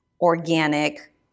organic